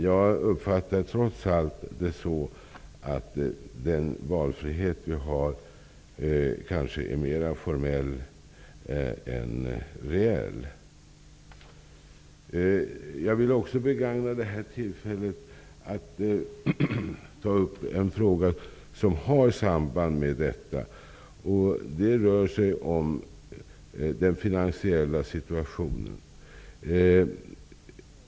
Jag uppfattar det trots allt så att den valfrihet som vi har kanske är mer formell än reell. Jag vill också begagna det här tillfället att ta upp en fråga som har samband med detta. Det rör sig om den finansiella situationen.